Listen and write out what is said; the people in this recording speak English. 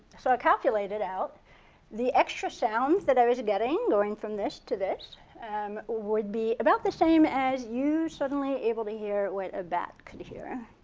so acalculated out the extra sounds that i was getting going from this to this would be about the same as you suddenly able to hear what a bat could hear.